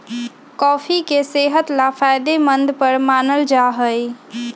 coffee के सेहत ला फायदेमंद पर मानल जाहई